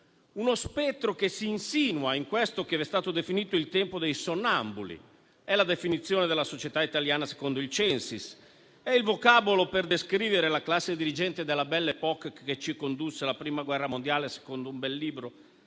Uno spettro che si insinua in questo che è stato definito il tempo dei sonnambuli. È la definizione della società italiana secondo il Censis; è il vocabolo per descrivere la classe dirigente della Belle époque, che ci condusse alla Prima guerra mondiale, secondo un bel libro